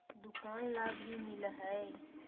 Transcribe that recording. दुकान ला भी मिलहै?